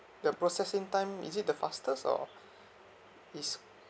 the processing time is it the fastest or is